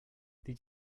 did